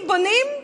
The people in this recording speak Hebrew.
אם בונים,